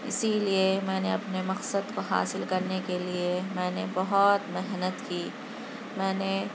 اسی لیے میں نے اپنے مقصد کو حاصل کرنے کے لیے میں نے بہت محنت کی میں نے